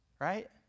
Right